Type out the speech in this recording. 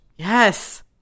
Yes